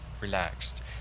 relaxed